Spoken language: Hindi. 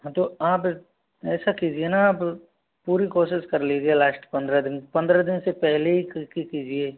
हाँ तो आप ऐसा कीजिए ना आप पूरी कोशिश कर लीजिए लास्ट पंद्रह दिन पंद्रह दिन से पहले ही कीजिए